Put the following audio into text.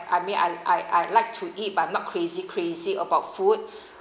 I mean I I I'd like to eat but not crazy crazy about food